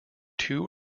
two